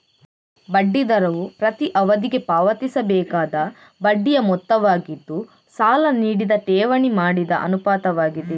ಬಡ್ಡಿ ದರವು ಪ್ರತಿ ಅವಧಿಗೆ ಪಾವತಿಸಬೇಕಾದ ಬಡ್ಡಿಯ ಮೊತ್ತವಾಗಿದ್ದು, ಸಾಲ ನೀಡಿದ ಠೇವಣಿ ಮಾಡಿದ ಅನುಪಾತವಾಗಿದೆ